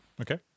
Okay